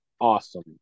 awesome